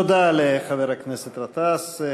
תודה לחבר הכנסת באסל גטאס.